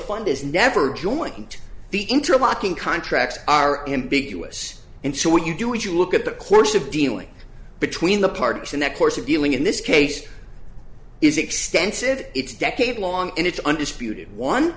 fund is never joint the interlocking contracts are ambiguous and so what you do is you look at the course of dealing between the partners in the course of dealing in this case is extensive its decade long and its undisputed one